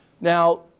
Now